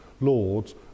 Lords